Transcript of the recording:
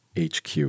HQ